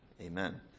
Amen